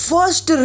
First